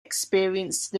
experienced